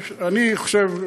אני חושב,